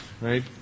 right